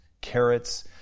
Carrots